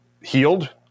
healed